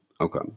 okay